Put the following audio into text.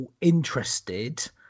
interested